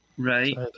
Right